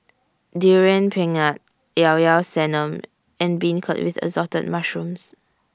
Durian Pengat Llao Llao Sanum and Beancurd with Assorted Mushrooms